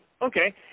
Okay